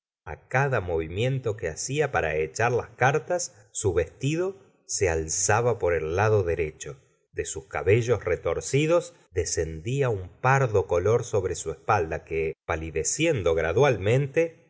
á cada movimiento que hacia para echar las cartas su vestido se alzaba por el lado derecho de sus cabellos retorcidos descendía un pardo color sobre su espalda que palideciendo gradualmente